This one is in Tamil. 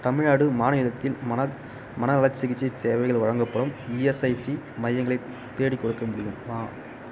தமிழ்நாடு மாநிலத்தில் மன மனநல சிகிச்சை சேவைகள் வழங்கப்படும் இஎஸ்ஐசி மையங்களை தேடிக்கொடுக்க முடியுமா